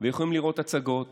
ויכולים לראות הצגות